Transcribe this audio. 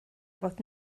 fod